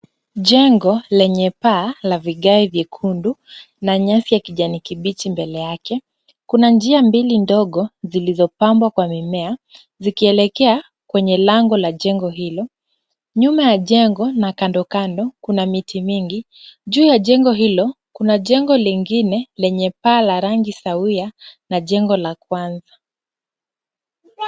Jengo lenye paa la vigae vyekundu na nyasi ya kijani kibichi mbele yake. Kuna njia mbili ndogo zilizopambwa kwa mimea zikielekea kwenye lango la jengo hilo. Nyuma ya jengo na kando kando kuna miti mingi. Juu ya jengo hilo kuna jengo lingine lenye paa la rangi sawia na jengo la kwanza.